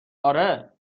آره